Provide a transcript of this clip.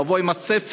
לבוא עם הספר,